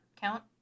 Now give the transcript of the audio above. count